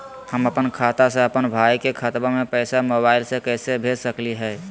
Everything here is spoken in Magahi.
हम अपन खाता से अपन भाई के खतवा में पैसा मोबाईल से कैसे भेज सकली हई?